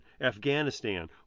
Afghanistan